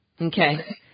okay